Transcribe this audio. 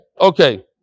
Okay